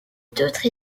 d’autres